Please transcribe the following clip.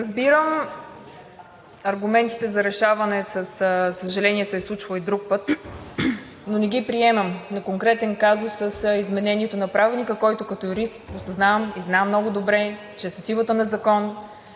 Разбирам аргументите за решаване, за съжаление се е случвало и друг път, но не ги приемам на конкретен казус с изменението на Правилника, който като юрист осъзнавам и знам много добре, че е със силата на закон.